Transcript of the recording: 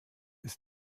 ist